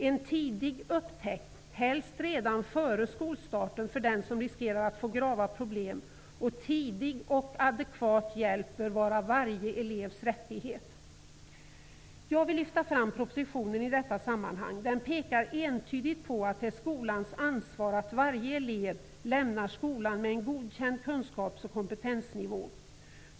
En tidig upptäckt, helst redan före skolstarten, av den som riskerar att få grava problem samt tidig och adekvat hjälp bör vara varje elevs rättighet. Jag vill lyfta fram propositionen i detta sammanhang. Den pekar entydigt på att det är skolans ansvar att varje elev lämnar skolan med en godkänd kunskaps och kompetensnivå.